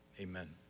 Amen